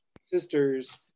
sisters